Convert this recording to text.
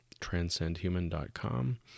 transcendhuman.com